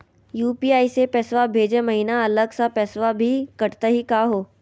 UPI स पैसवा भेजै महिना अलग स पैसवा भी कटतही का हो?